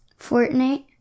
Fortnite